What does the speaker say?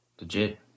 Legit